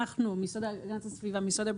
המשרד להגנת הסביבה ומשרד הבריאות,